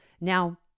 Now